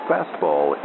Fastball